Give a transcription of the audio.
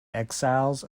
exiles